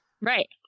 Right